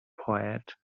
poet